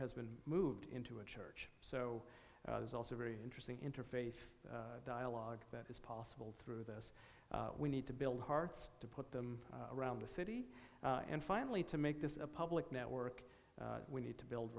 has been moved into a church so it's also very interesting interfaith dialogue that is possible through this we need to build hearts to put them around the city and finally to make this a public network we need to build